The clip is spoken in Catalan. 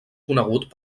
conegut